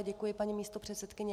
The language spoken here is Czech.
Děkuji, paní místopředsedkyně.